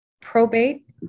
probate